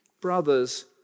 Brothers